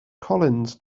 collins